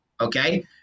Okay